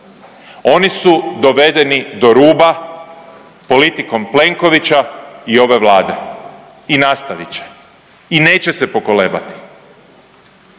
Oni su dovedeni do ruba politikom Plenkovića i ove Vlade i nastavit će i neće se pokolebati.